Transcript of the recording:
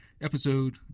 episode